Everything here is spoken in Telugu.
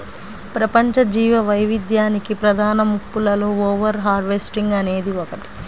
ప్రపంచ జీవవైవిధ్యానికి ప్రధాన ముప్పులలో ఓవర్ హార్వెస్టింగ్ అనేది ఒకటి